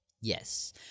Yes